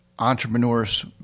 entrepreneurs